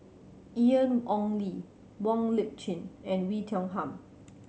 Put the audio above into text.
Ian Ong Li Wong Lip Chin and Oei Tiong Ham